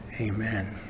Amen